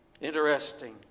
Interesting